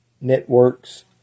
networks